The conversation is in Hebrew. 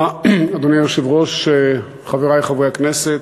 אדוני היושב-ראש, תודה רבה, חברי חברי הכנסת,